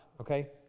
Okay